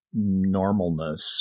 normalness